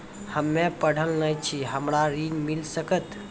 हम्मे पढ़ल न छी हमरा ऋण मिल सकत?